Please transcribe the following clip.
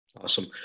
Awesome